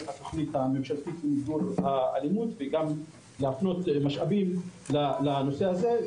התוכנית הממשלתית למיגור האלימות וגם להפנות משאבים לנושא הזה.